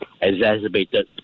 exacerbated